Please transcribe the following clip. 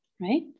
right